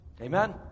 Amen